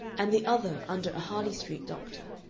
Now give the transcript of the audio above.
and the other under a harley street doctor,